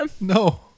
No